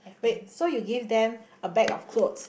wait so you give them a bag of clothes